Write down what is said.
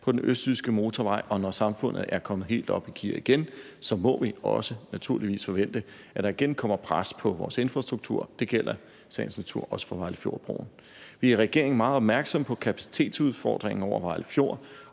på den østjyske motorvej, og når samfundet er kommet helt op i gear igen, må vi naturligvis også forvente, at der igen kommer pres på vores infrastruktur, og det gælder i sagens natur også for Vejlefjordbroen. Vi er i regeringen meget opmærksomme på kapacitetsudfordringen over Vejle Fjord,